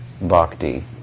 Bhakti